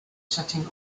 setting